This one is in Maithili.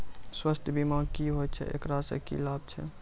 स्वास्थ्य बीमा की होय छै, एकरा से की लाभ छै?